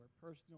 personal